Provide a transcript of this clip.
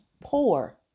poor